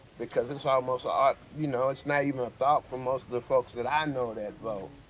because it's almost odd you know, it's not even a thought for most of the folks that i know that vote.